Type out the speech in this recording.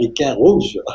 rouge